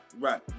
right